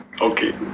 okay